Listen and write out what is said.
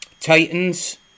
Titans